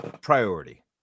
priority